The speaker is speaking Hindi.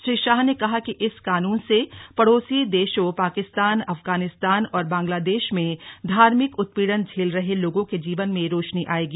अमित शाह ने कहा कि इस कानून से पड़ोसी देशों पाकिस्तान अफगानिस्तान और बांग्लादेश में धार्मिक उत्पीड़न झेल रहे लोगों के जीवन में रोशनी आयेगी